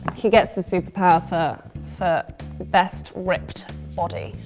he gets a superpower for ah for best ripped body.